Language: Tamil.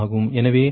எனவே 1 0